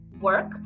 work